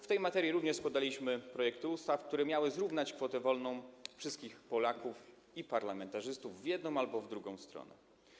W tej materii również składaliśmy projekty ustaw, które miały zrównać kwotę wolną od podatku wszystkich Polaków i parlamentarzystów w jedną albo w drugą stronę.